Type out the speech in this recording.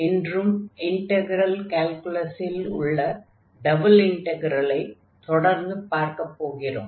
இன்றும் இன்டக்ரல் கால்குலஸில் உள்ள டபுள் இன்டக்ரலை தொடர்ந்து பார்க்கப் போகிறோம்